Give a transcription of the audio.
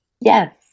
yes